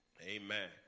Amen